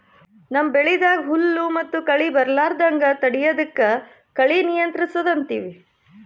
ನಮ್ಮ್ ಬೆಳಿದಾಗ್ ಹುಲ್ಲ್ ಮತ್ತ್ ಕಳಿ ಬರಲಾರದಂಗ್ ತಡಯದಕ್ಕ್ ಕಳಿ ನಿಯಂತ್ರಸದ್ ಅಂತೀವಿ